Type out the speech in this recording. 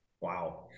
Wow